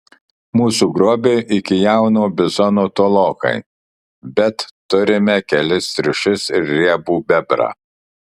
mūsų grobiui iki jauno bizono tolokai bet turime kelis triušius ir riebų bebrą